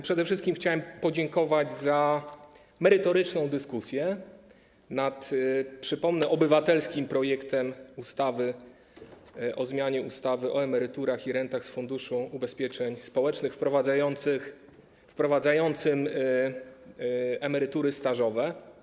Przede wszystkim chciałem podziękować za merytoryczną dyskusję nad, przypomnę, obywatelskim projektem ustawy o zmianie ustawy o emeryturach i rentach z Funduszu Ubezpieczeń Społecznych, wprowadzającym emerytury stażowe.